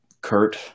Kurt